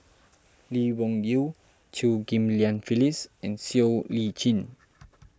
Lee Wung Yew Chew Ghim Lian Phyllis and Siow Lee Chin